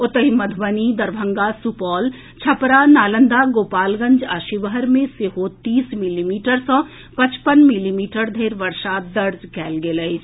ओतहि मधुबनी दरभंगा सुपौल छपरा नालंदा गोपालगंज आ शिवहर मे सेहो तीस मिलीमीटर सॅ पचपन मिलीमीटर धरि बर्षा दर्ज कयल गेल अछि